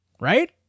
Right